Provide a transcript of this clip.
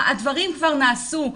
הדברים כבר נעשו,